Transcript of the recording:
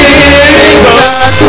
Jesus